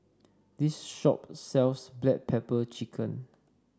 this shop sells Black Pepper Chicken